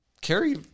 Carrie